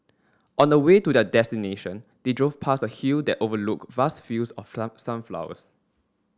on the way to their destination they drove past a hill that overlooked vast fields of sunflowers